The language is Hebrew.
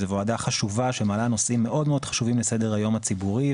זו ועדה חשובה שמעלה נושאים מאוד חשובים לסדר-היום הציבורי,